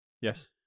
Yes